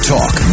Talk